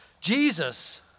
Jesus